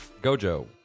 Gojo